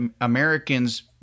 Americans